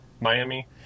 Miami